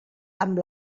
amb